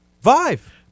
five